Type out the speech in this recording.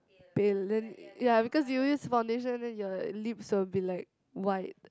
pale then ya because if you use foundation then your lips will be like white